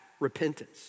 repentance